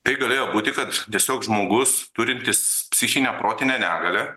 tai galėjo būti kad tiesiog žmogus turintis psichinę protinę negalią